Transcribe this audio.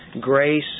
grace